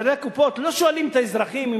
מנהלי הקופות לא שואלים את האזרחים אם